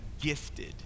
gifted